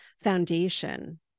foundation